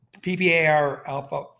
PPAR-alpha